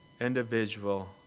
individual